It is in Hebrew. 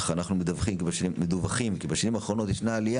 אך אנחנו מדווחים כי בשנים האחרונות ישנה עליה